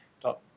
dot